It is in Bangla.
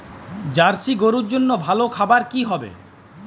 জার্শি গরুর জন্য ভালো খাবার কি হবে?